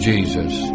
Jesus